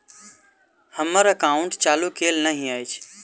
हम्मर एकाउंट चालू केल नहि अछि?